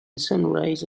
sunrise